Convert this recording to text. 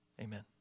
amen